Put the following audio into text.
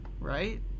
right